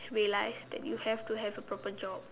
realise that you have to have a proper job